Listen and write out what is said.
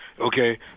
okay